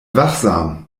wachsam